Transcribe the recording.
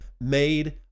made